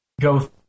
go